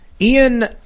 Ian